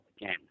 again